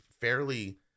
fairly